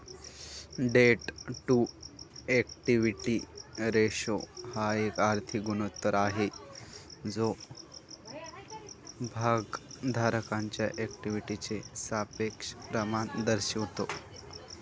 date to equity ratio हा एक आर्थिक गुणोत्तर आहे जो भागधारकांच्या इक्विटीचे सापेक्ष प्रमाण दर्शवतो